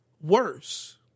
worse